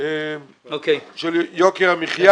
יוקר המחיה.